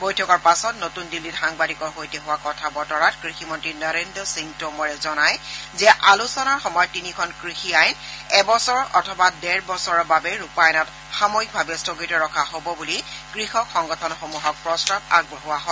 বৈঠকৰ পাছত নতুন দিল্লীত সাংবাদিকৰ সৈতে হোৱা কথা বতৰাত কৃষিমন্ত্ৰী নৰেন্দ্ৰ সিং টোমৰে জনায় যে আলোচনাৰ সময়ত তিনিখন কৃষি আইন এবছৰ অথবা ডেৰ বছৰৰ বাবে ৰূপায়ণত সাময়িকভাৱে স্থগিত ৰখা হব বুলি কৃষক সংগঠনসমূহক প্ৰস্তাৱ আগবঢ়োৱা হয়